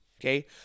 Okay